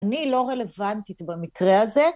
אני לא רלוונטית במקרה הזה.